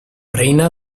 reina